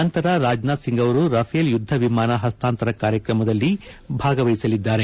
ನಂತರ ರಾಜನಾಥ್ ಸಿಂಗ್ ಅವರು ರಫೇಲ್ ಯುದ್ದ ವಿಮಾನ ಹಸ್ತಾಂತರ ಕಾರ್ಯಕ್ರಮದಲ್ಲಿ ಭಾಗವಹಿಸಲಿದ್ದಾರೆ